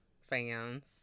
fans